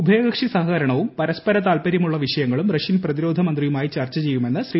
ഉഭയകക്ഷി സഹകരണവും പരസ്പര താത്പര്യമുള്ള വിഷയങ്ങളും റഷ്യൻ പ്രതിരോധ മന്ത്രിയുമായി ചർച്ച ചെയ്യുമെന്ന് ശ്രീ